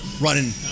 running